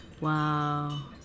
Wow